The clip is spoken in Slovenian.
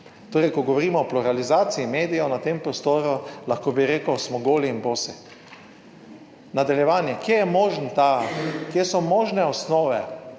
Torej, ko govorimo o pluralizaciji medijev na tem prostoru, lahko bi rekel, smo goli in bosi. Nadaljevanje, kje je možen ta, kje so možne osnove,